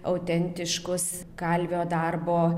autentiškus kalvio darbo